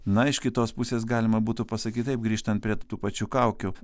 na iš kitos pusės galima būtų pasakyt taip grįžtant prie tų pačių kaukių